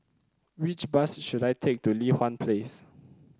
which bus should I take to Li Hwan Place